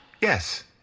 Yes